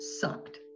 sucked